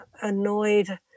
annoyed